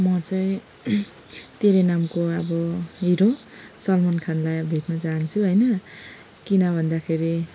म चाहिँ तेरे नामको अब हिरो सलमान खानलाई भेट्न चाहन्छु होइन किन भन्दाखेरि